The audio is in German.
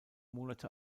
monate